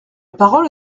parole